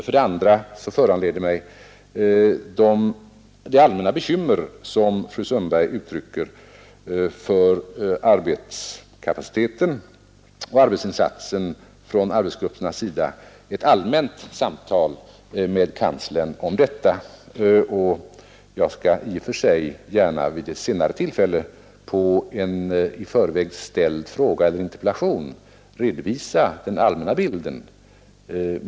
Vidare föranleder de allmänna bekymmer som fru Sundberg uttryckte för arbetskapaciteten och arbetsintensiteten hos arbetsgrupperna ett allmänt samtal med kanslern om den saken, och jag skall gärna vid ett senare tillfälle på en i förväg ställd fråga eller interpellation redovisa den allmänna bilden.